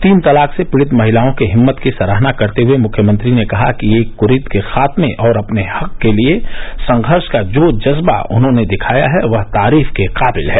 तीन तलाक से पीड़ित महिलाओं के हिम्मत की सराहना करते हुये मुख्यमंत्री ने कहा कि एक कुरीति के खात्मे और अपने हक के लिये संघर्ष का जो जज्बा उन्होंने दिखाया है वह तारीफ के काबिल है